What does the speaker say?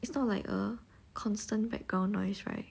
it's not like a constant background noise right